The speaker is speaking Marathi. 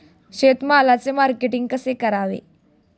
शेतमालाचे मार्केटिंग कसे करावे?